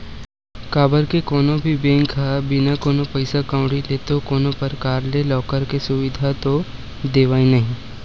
काबर के कोनो भी बेंक ह बिना कोनो पइसा कउड़ी ले तो कोनो परकार ले लॉकर के सुबिधा तो देवय नइ